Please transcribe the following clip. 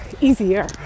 Easier